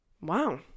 wow